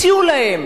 הציעו להם